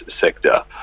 sector